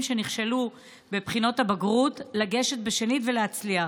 שנכשלו בבחינות הבגרות לגשת בשנית ולהצליח.